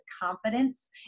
confidence